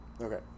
Okay